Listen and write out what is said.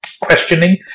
questioning